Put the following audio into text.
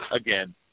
again